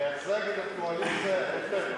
מייצגת את הקואליציה.